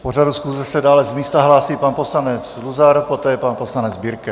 K pořadu schůze se dále z místa hlásí pan poslanec Luzar, poté pan poslanec Birke.